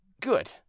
Good